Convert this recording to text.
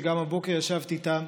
שגם הבוקר ישבתי איתם,